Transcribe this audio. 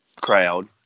crowd